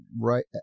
right